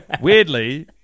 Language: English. Weirdly